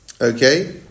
Okay